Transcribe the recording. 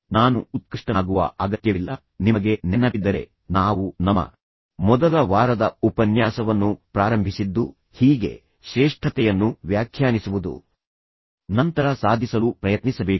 ನಾನು ಉತ್ಕೃಷ್ಟನಾಗುವ ಅಗತ್ಯವಿಲ್ಲ ನಿಮಗೆ ನೆನಪಿದ್ದರೆ ನಾವು ನಮ್ಮ ಮೊದಲ ವಾರದ ಉಪನ್ಯಾಸವನ್ನು ಪ್ರಾರಂಭಿಸಿದ್ದು ಹೀಗೆ ಶ್ರೇಷ್ಠತೆಯನ್ನು ವ್ಯಾಖ್ಯಾನಿಸುವುದು ನಂತರ ನೀವು ಶ್ರೇಷ್ಠತೆಯನ್ನು ಸಾಧಿಸಲು ಪ್ರಯತ್ನಿಸಬೇಕು